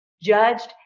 judged